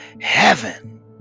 heaven